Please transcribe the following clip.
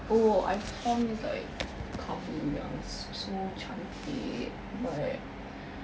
oh I found this like cover yang so cantik but